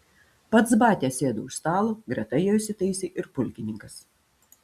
pats batia sėdo už stalo greta jo įsitaisė ir pulkininkas